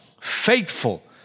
faithful